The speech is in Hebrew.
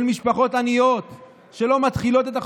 של משפחות עניות שלא מתחילות את החודש.